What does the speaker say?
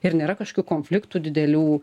ir nėra kažkokių konfliktų didelių